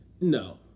No